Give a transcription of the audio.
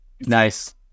Nice